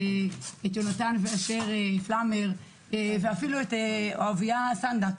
את יהונתן ואשר פלמר ואפילו את אוהביה סנדק,